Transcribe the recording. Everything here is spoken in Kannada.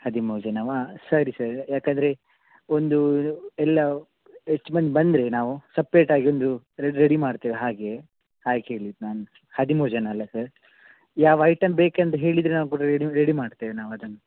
ಹದಿಮೂರು ಜನವಾ ಸರಿ ಸರಿ ಯಾಕಂದರೆ ಒಂದೂ ಎಲ್ಲ ಹೆಚ್ಚು ಮಂದಿ ಬಂದರೆ ನಾವು ಸಪ್ರೇಟಾಗಿ ಒಂದು ರೆಡಿ ಮಾಡ್ತೇವೆ ಹಾಗೆ ಹಾಗೆ ಕೇಳಿದ್ದು ನಾನು ಹದಿಮೂರು ಜನ ಅಲ್ಲ ಸರ್ ಯಾವ ಐಟಮ್ ಬೇಕಂತ ಹೇಳಿದರೆ ನಾವು ಕೂಡ ರೆಡಿ ರೆಡಿ ಮಾಡ್ತೇವೆ ನಾವು ಅದನ್ನು